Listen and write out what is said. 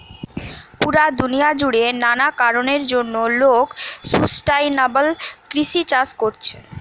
পুরা দুনিয়া জুড়ে নানা কারণের জন্যে লোক সুস্টাইনাবল কৃষি চাষ কোরছে